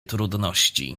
trudności